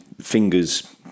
fingers